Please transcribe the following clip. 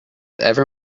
ever